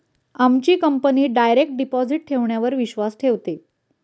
आमची company direct deposit ठेवण्यावर विश्वास ठेवते